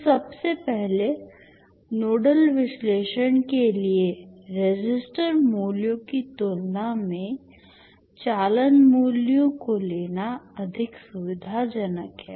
तो सबसे पहले नोडल विश्लेषण के लिए रेसिस्टर मूल्यों की तुलना में चालन मूल्यों को लेना अधिक सुविधाजनक है